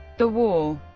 the war